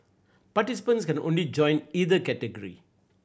participants can only join either category